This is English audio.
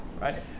right